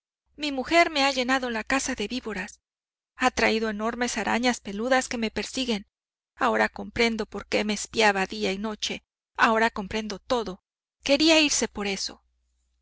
mi mujer me ha llenado la casa de víboras ha traído enormes arañas peludas que me persiguen ahora comprendo por qué me espiaba día y noche ahora comprendo todo quería irse